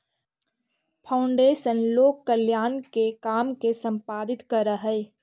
foundation लोक कल्याण के काम के संपादित करऽ हई